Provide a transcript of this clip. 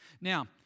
Now